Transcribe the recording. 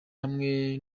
hamwe